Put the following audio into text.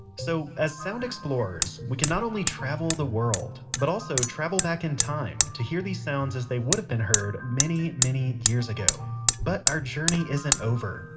so as sound explorers we can not only travel the world, but also travel back in time to hear these sounds as they would've been heard many, many years ago but our journey isn't over.